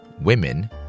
Women